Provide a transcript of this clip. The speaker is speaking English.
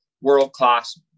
world-class